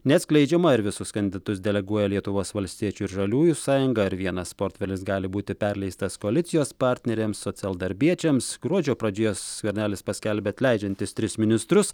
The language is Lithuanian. neatskleidžiama ar visus kandidatus deleguoja lietuvos valstiečių ir žaliųjų sąjunga ar vienas portfelis gali būti perleistas koalicijos partneriams socialdarbiečiams gruodžio pradžioje skvernelis paskelbė atleidžiantis tris ministrus